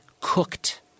cooked